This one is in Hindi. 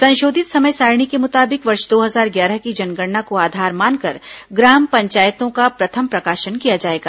संशोधित समय सारिणी के मुताबिक वर्ष दो हजार ग्यारह की जनगणना को आधार मानकर ग्राम पंचायतों का प्रथम प्रकाशन किया जाएगा